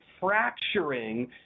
fracturing